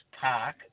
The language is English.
Park